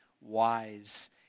wise